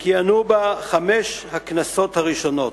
וכיהנו בה חמש הכנסות הראשונות.